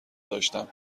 داشتم